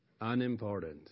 unimportant